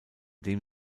dem